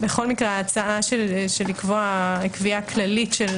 בכל מקרה ההצעה של לקבוע קביעה כללית של